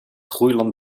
groeiland